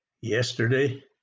yesterday